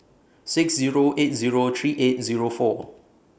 six Zero eight Zero three eight Zero four